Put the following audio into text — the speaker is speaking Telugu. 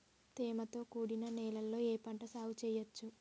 తేమతో కూడిన నేలలో ఏ పంట సాగు చేయచ్చు?